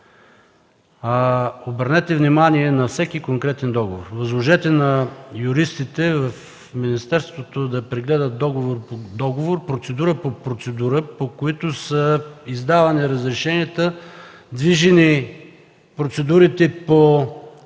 Обърнете внимание на всеки конкретен договор. Възложете на юристите в министерството да прегледат договор по договор, процедура по процедура, по които са издавани разрешенията, процедурите по разрешенията